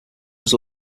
was